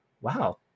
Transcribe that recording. wow